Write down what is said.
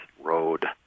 road